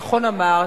נכון אמרת,